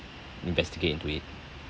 investigate into it